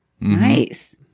Nice